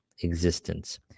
existence